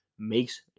Makes